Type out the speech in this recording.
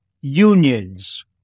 unions